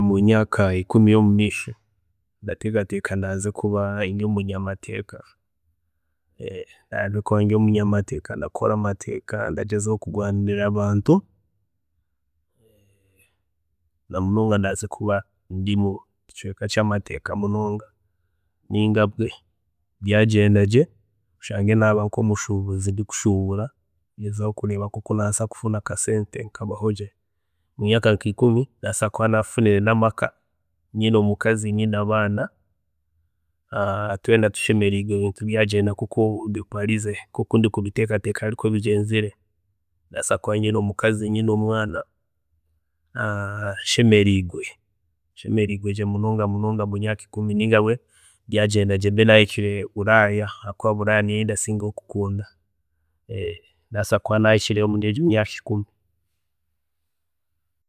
﻿Mumyaaka ikumi eyomumeisho ndateekateeka ndaza kuba ndi omunyamateeka, ndi omunyamateeka ndakora mumateeka ndagyezaho kurwaanirira abantu, namunonga ndaza kuba ndi mukicweeka kyamateeka munonga ninga bwe byagyenda gye oshange naaba nk'omushuubuzi ndi kushuubura, ndagyezaho kureeba oku nakubaasa kufuna akasente nkabaho gye. Mumyaaka nka ikumi ndabaasa kuba nafunire namaka, nyine omukazi, nyine abaana tweena tushemeriirwe ebintu byagyenda nkoku mbibarize, nkoku ndi kubiteekateeka harikwe bigyenzire, ndabaasa kuba nyine omukazi nyine nomwaana, nshemeriirwe, nshemeriirwe gye munonga munonga mumyaaka ikumi ninga bwe byagyenda gye mbe nahikire buraaya, habwokuba buraaya niyo ndasingayo kukunda, ndabaasa kuba nahikireyo muri egyo myaaka ikumi